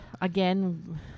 again